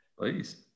Please